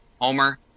homer